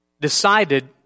decided